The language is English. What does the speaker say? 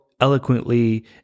eloquently